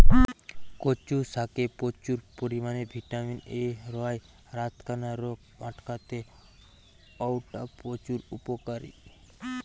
কচু শাকে প্রচুর পরিমাণে ভিটামিন এ রয়ায় রাতকানা রোগ আটকিতে অউটা প্রচুর উপকারী